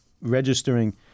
registering